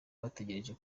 bategereje